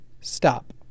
Stop